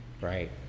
right